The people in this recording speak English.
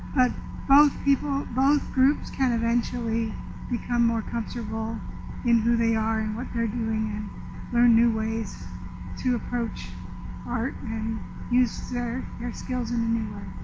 but both people, both groups can eventually become more comfortable in who they are and what they are doing and learn new ways to approach art and use their their skills in a new way.